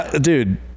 Dude